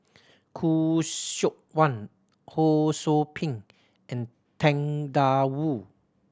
Khoo Seok Wan Ho Sou Ping and Tang Da Wu